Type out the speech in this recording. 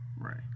Right